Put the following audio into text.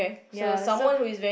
ya so